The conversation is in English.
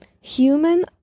human